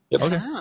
Okay